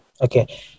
Okay